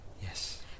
Yes